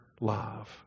love